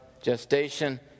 gestation